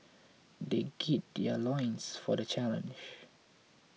they gird their loins for the challenge